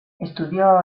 estudió